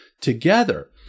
together